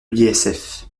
l’isf